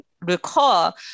recall